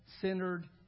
centered